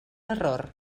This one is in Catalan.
error